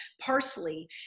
parsley